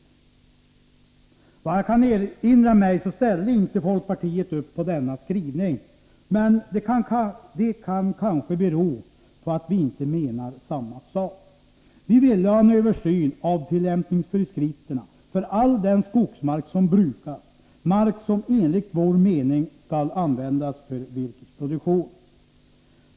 Såvitt jag kan erinra mig ställde inte folkpartiet upp på denna skrivning, men det kan kanske bero på att vi inte menar samma sak. Vi ville ha en översyn av tillämpningsföreskrifterna för all den skogsmark som brukas, mark som enligt vår mening skall användas för virkesproduktion.